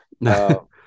No